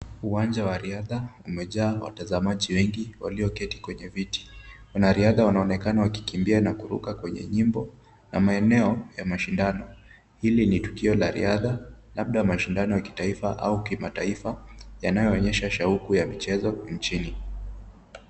Uwanja wa riadha umejaa watazamaji wengi walioketi kwenye viti. Wanariadha wanaonekanawakikimbia na kuruka kwenye nyimbo ya maeneo ya mashindano. Hili ni tukio la riadha labda mashindano ya kitaifa ama kimataifa yanayoonyesha shauku ya michezo nchini.